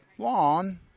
lawn